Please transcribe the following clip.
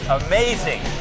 amazing